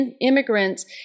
immigrants